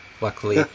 luckily